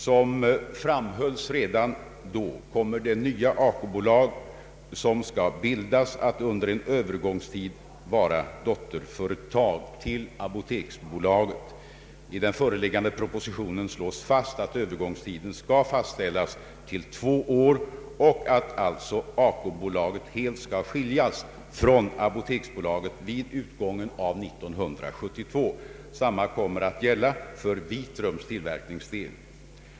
Som framhölls redan då kommer det nya ACO-bolag som skall bildas att under en övergångstid vara dotterföretag till apoteksbolaget. I den föreliggande propositionen slås fast att övergångstiden skall fastställas till två år och att alltså ACO-bolaget helt skall skiljas från apoteksbolaget vid utgången av 1972. Detsamma kommer att gälla för Vitrums tillverkningsdel.